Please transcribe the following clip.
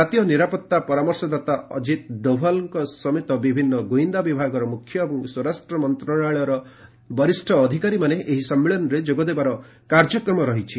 ଜାତୀୟ ନିରାପତ୍ତା ପରାମର୍ଶଦାତା ଅକିତ ଡୋଭାଲ୍ ବିଭିନ୍ ଗ୍ରଇନ୍ଦା ବିଭାଗର ମ୍ରଖ୍ୟ ଏବଂ ସ୍ୱରାଷ୍ଟ ମନ୍ତ୍ରଣାଳୟର ବରିଷ୍ଣ ଅଧିକାରୀମାନେ ଏହି ସମ୍ମିଳନୀରେ ଯୋଗଦେବାର କାର୍ଯ୍ୟକ୍ରମ ରହିଛି